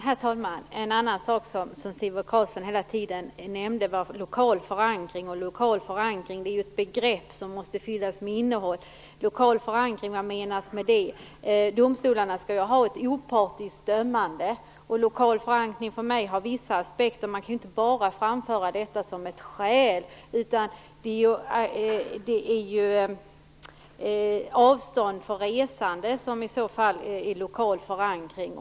Herr talman! En annan sak som Sivert Carlsson hela tiden nämner är lokal förankring. Det är ett begrepp som måste fyllas med innehåll. Vad menas med lokal förankring? Domstolarna skall ha ett opartiskt dömande. Lokal förankring har för mig vissa aspekter. Man kan inte bara framföra detta som ett skäl. Lokal förankring är i så fall avstånd för resande.